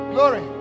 Glory